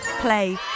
Play